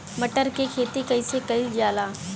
मटर के खेती कइसे कइल जाला?